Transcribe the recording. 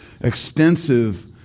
extensive